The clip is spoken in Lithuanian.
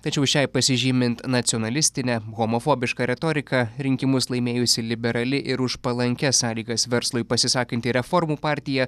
tačiau šiai pasižymint nacionalistine homofobiška retorika rinkimus laimėjusi liberali ir už palankias sąlygas verslui pasisakanti reformų partija